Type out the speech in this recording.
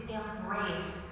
embrace